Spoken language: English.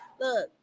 Look